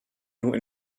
nur